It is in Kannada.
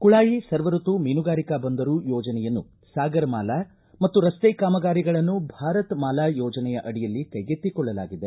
ಕುಳಾಯಿ ಸರ್ವಣುತು ಮೀನುಗಾರಿಕಾ ಬಂದರು ಯೋಜನೆಯನ್ನು ಸಾಗರಮಾಲಾ ಮತ್ತು ರಸ್ತೆ ಕಾಮಗಾರಿಗಳನ್ನು ಭಾರತಮಾಲಾ ಯೋಜನೆಯ ಅಡಿಯಲ್ಲಿ ಕ್ಕೆಗೆತ್ತಿಕೊಳ್ಳಲಾಗಿದೆ